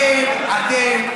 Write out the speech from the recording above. אתם ההון והשלטון.